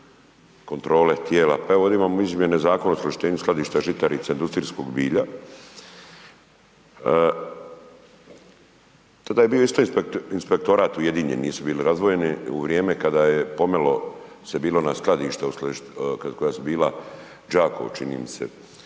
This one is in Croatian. kontrole tijela, pa evo ovdje imamo izmjene Zakona o uskladištenju i skladišnici za žitarice i industrijsko bilje, tada je bio isto inspektorat ujedinjeni, nisu bili razdvojeni u vrijeme kada je pomelo se bilo na skladište, koja su bila u Đakovu, čini mi se,